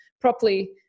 properly